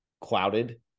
clouded